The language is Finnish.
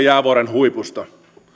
jäävuoren huipusta